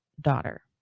daughter